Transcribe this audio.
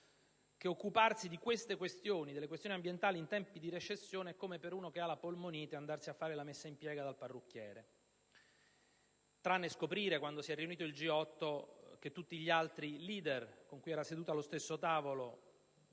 che occuparsi delle questioni ambientali in tempi di recessione è come per uno che ha la polmonite andarsi a fare la messa in piega dal parrucchiere. Ha affermato questo tranne poi scoprire, quando si è riunito il G8, che tutti gli altri *leader* con cui era seduto allo stesso tavolo